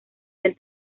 del